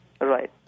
Right